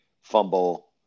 fumble